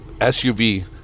SUV